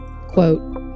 quote